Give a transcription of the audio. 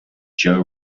joe